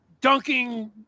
dunking